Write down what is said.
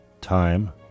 Time